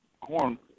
corn